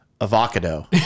Avocado